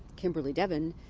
kimberly, devin,